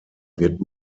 wird